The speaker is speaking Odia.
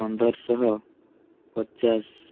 ପନ୍ଦର ଶହ ପଚାଶ